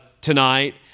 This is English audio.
tonight